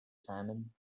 simon